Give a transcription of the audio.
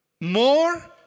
more